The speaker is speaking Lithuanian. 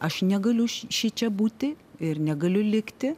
aš negaliu šičia būti ir negaliu likti